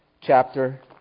chapter